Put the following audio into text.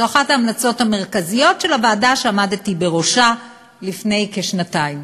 זו אחת ההמלצות המרכזיות של הוועדה שעמדתי בראשה לפני כשנתיים.